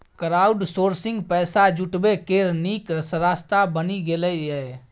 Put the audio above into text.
crowdsourcing पैसा जुटबै केर नीक रास्ता बनि गेलै यै